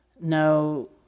no